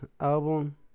album